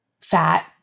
fat